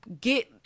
get